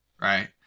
right